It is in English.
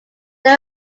they